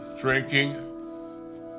drinking